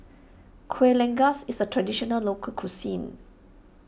Kuih Lengas is a Traditional Local Cuisine